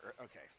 Okay